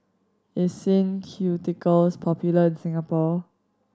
is Sin Ceuticals popular in Singapore